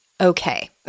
Okay